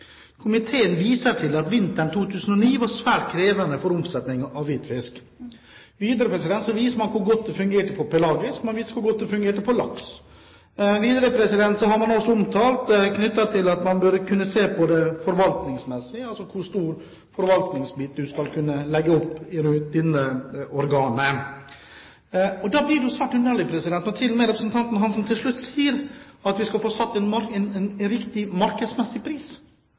viser til at vinteren 2009 var svært krevende for omsetningen av hvitfisk Man viser til hvor godt det fungerte for pelagisk fisk, og hvor godt det fungerte for laks. Videre har man sagt at man burde kunne se på det forvaltningsmessige – altså hvor stor forvaltningsbit en skal kunne legge til salgslagene. Da blir det svært underlig når representanten Lillian Hansen til slutt sier at vi skal få satt en riktig markedspris. Det er jo underlig at man overlater til en aktør å sette prisen. Det er nemlig ikke markedspris, det er en gitt pris